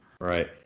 Right